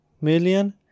million